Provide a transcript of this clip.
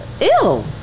ew